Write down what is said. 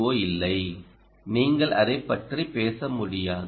ஓ இல்லை நீங்கள் அதைப் பற்றி பேச முடியாது